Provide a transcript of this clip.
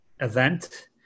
event